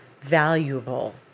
valuable